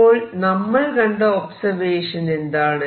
അപ്പോൾ നമ്മൾ കണ്ട ഒബ്സർവേഷൻ എന്താണ്